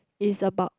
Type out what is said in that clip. is about